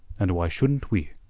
and why shouldn't we?